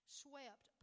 swept